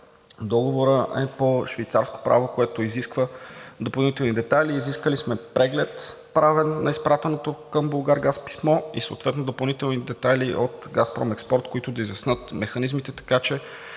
договорът е по Швейцарското право, което изисква допълнителни детайли. Изискали сме правен преглед на изпратеното към „Булгаргаз“ писмо и съответно допълнителни детайли от „Газпром Експорт“, които да изяснят механизмите, така че